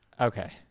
Okay